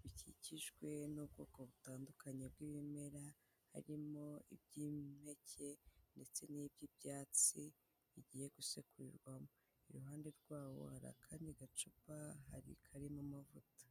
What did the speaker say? bikikijwe n'ubwoko butandukanye bw'ibimera, harimo iby'impeke ndetse n'iby'ibyatsi bigiye gusekurirwamo, iruhande rwawo hari akandi gacupa karimo amavuta.